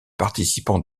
participants